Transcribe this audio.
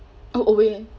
oh away